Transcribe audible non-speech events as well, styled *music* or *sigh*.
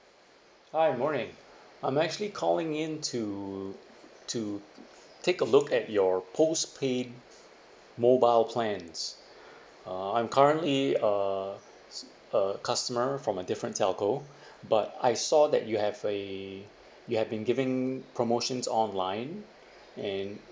hi morning I'm actually calling in to to take a look at your postpaid mobile plans uh I'm currently uh a customer from a different telco *breath* but I saw that you have a you have been giving promotions online and